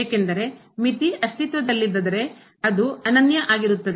ಏಕೆಂದರೆ ಮಿತಿ ಅಸ್ತಿತ್ವದಲ್ಲಿದ್ದರೆ ಅದು ಅನನ್ಯ ಆಗಿರುತ್ತದೆ